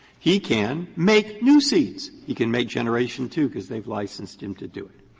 he can make new seeds. he can make generation two, because they've licensed him to do it.